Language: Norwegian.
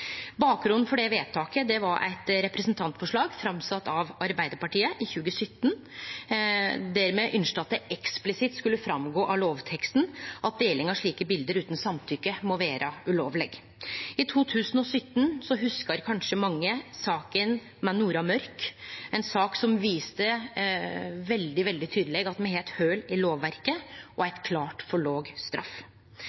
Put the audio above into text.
Bakgrunnen for det vedtaket var eit representantforslag sett fram av Arbeidarpartiet i 2017, der me ynskte at det eksplisitt skulle gå fram av lovteksten at deling av slike bilde utan samtykke må vere ulovleg. I 2017 hugsar kanskje mange saka med Nora Mørk, ei sak som viste veldig tydeleg at me har eit hol i lovverket og ei